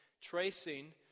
tracing